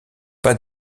pas